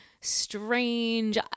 strange